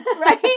Right